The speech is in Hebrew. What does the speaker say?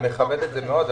אני מכבד את זה מאוד,